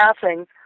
passing